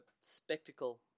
spectacle